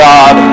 God